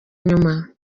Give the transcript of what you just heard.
nyuma